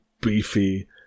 beefy